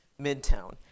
midtown